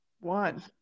one